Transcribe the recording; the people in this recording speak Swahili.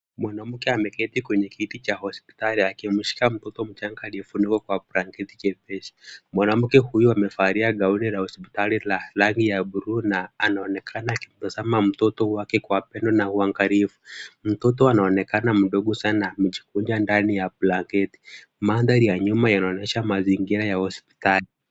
Mwanamke ameketi kwenye kiti cha hospitali akimshika mtoto mchanga aliyefunikwa kwa blanketi jepesi. Mwanamke huyu amevalia gauni la hospitali la rangi ya bluu na anaonekana akitazama mtoto wake kwa pendo na uangalifu. Mtoto anaonekana mdogo sana na amejikunja ndani ya blanketi. Mandhari ya nyuma yanaonyesha mazingira ya hospitali.